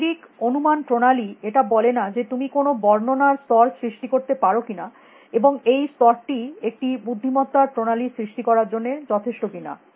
শারীরিক অনুমান প্রণালী এটা বলে না যে তুমি কোনো বর্ণনার স্তর সৃষ্টি করতে পারো কিনা এবং এই স্তরটিই একটি বুদ্ধিমত্তা র প্রণালী সৃষ্টি করার জন্য যথেষ্ট কিনা